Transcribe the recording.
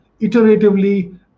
iteratively